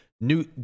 New